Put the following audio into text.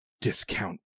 discount